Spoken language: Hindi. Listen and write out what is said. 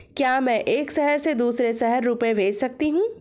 क्या मैं एक शहर से दूसरे शहर रुपये भेज सकती हूँ?